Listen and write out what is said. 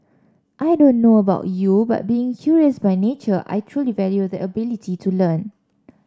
I don't know about you but being curious by nature I truly value the ability to learn